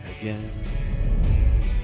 again